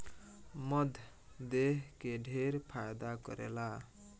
मध देह के ढेर फायदा करेला